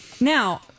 Now